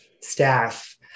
staff